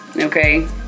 okay